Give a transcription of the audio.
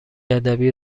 ادبی